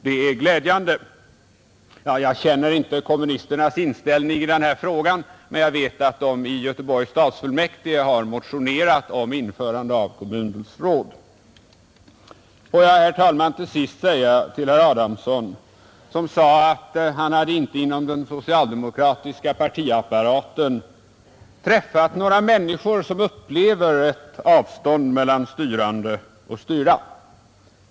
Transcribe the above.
Jag känner visserligen inte kommunisternas inställning i denna fråga, men jag vet att de i Göteborgs stadsfullmäktige motionerat om införande av kommundelsråd. Herr Adamsson sade att han inte inom den socialdemokratiska partiapparaten träffat någon människa som upplever ett avstånd mellan styrande och styrda.